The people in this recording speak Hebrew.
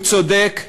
הוא צודק,